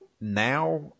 now